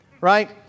Right